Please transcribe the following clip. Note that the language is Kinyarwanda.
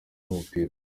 umupira